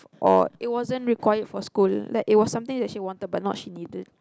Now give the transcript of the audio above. or it wasn't required for school like it was something she wanted but not she needed